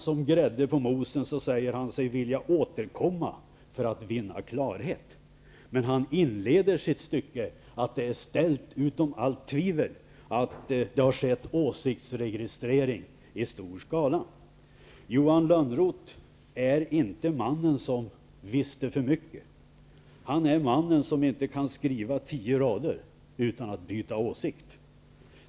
Som grädde på moset säger han sedan att han vill återkomma för att vinna klarhet. Men han inleder med att säga att det är ställt utom allt tvivel att det har skett en åsiktsregistrering i stor skala. Johan Lönnroth är inte mannen som visste för mycket. Han är mannen som inte kan skriva tio rader utan att byta åsikt.